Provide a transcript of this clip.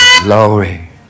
Glory